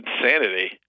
insanity